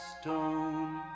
stone